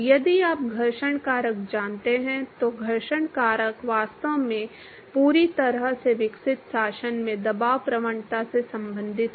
यदि आप घर्षण कारक जानते हैं तो घर्षण कारक वास्तव में पूरी तरह से विकसित शासन में दबाव प्रवणता से संबंधित है